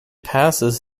passes